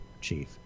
Chief